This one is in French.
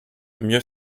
mieux